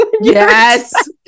yes